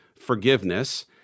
forgiveness